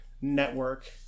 network